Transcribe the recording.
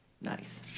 Nice